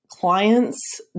Clients